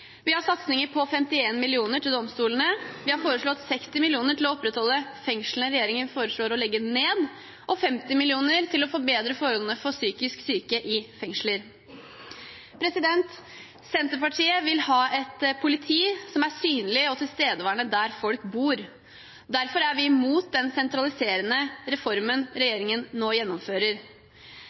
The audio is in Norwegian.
Vi har satsinger på 51 mill. kr til domstolene. Vi har foreslått 60 mill. kr til å opprettholde fengslene regjeringen foreslår å legge ned, og 50 mill. kr til å forbedre forholdene for psykisk syke i fengsler. Senterpartiet vil ha et politi som er synlig og tilstedeværende der folk bor. Derfor er vi imot den sentraliserende reformen regjeringen nå gjennomfører.